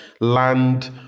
land